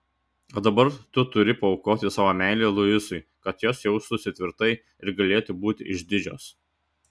o dabar tu turi paaukoti savo meilę luisui kad jos jaustųsi tvirtai ir galėtų būti išdidžios